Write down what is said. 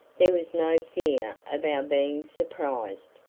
there was no fear of our being surprised.